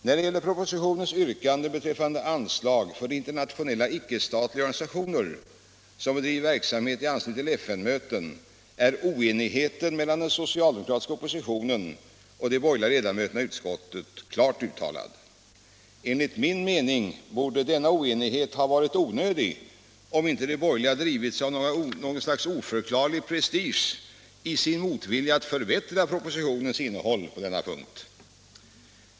När det gäller propositionens yrkande beträffande anslag för de internationella icke-statliga organisationer, som bedriver verksamhet i anslutning till FN-mötena, är oenigheten mellan den socialdemokratiska oppositionen och de borgerliga ledamöterna i utskottet klart uttalad. Enligt min mening borde den emellertid vara onödig om inte de borgerliga drivits av en oförklarlig prestige i sin motvilja att förbättra propositionens innehåll på denna punkt.